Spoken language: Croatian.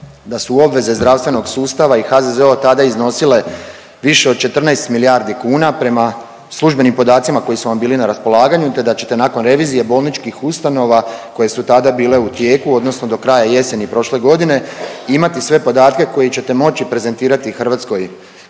da su obveze zdravstvenog sustava i HZZO-a tada iznosile više od 14 milijardi kuna prema službenim podacima koji su vam bili na raspolaganju, te da ćete nakon revizije bolničkih ustanova koje su tada bile u tijeku, odnosno do kraja jeseni prošle godine imati sve podatke koje ćete moći prezentirati hrvatskoj